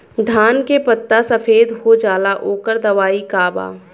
धान के पत्ता सफेद हो जाला ओकर दवाई का बा?